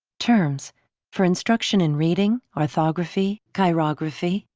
terms for instruction in reading, orthography, chirography,